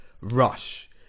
rush